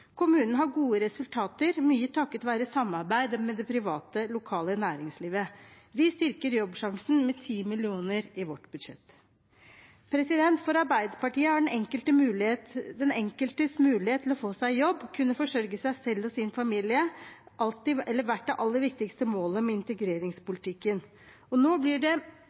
Kommunen har gode resultater, mye takket være samarbeidet med det private lokale næringslivet. Vi styrker Jobbsjansen med 10 mill. kr i vårt budsjett. For Arbeiderpartiet har den enkeltes mulighet til å få seg jobb og kunne forsørge seg selv og sin familie vært det aller viktigste målet med integreringspolitikken. Nå blir det